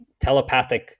telepathic